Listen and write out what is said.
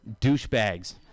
douchebags